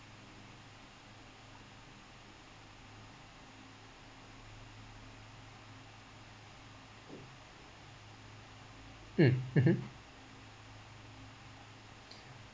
mm mmhmm